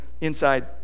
inside